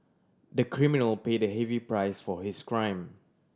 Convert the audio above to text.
the criminal paid a heavy price for his crime